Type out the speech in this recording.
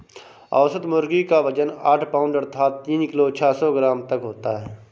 औसत मुर्गी क वजन आठ पाउण्ड अर्थात तीन किलो छः सौ ग्राम तक होता है